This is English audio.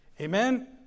Amen